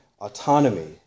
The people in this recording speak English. autonomy